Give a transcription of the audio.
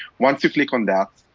once you click on that,